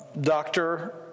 doctor